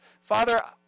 Father